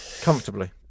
comfortably